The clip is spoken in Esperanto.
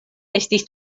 estis